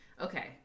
Okay